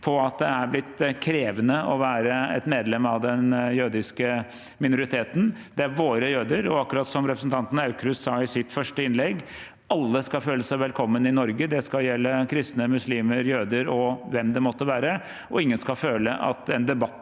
om at det er blitt krevende å være et medlem av den jødiske minoriteten. Det er våre jøder. Og akkurat som representanten Aukrust sa i sitt første innlegg, skal alle føle seg velkommen i Norge. Det skal gjelde kristne, muslimer, jøder og hvem det måtte være. Ingen skal føle at en debatt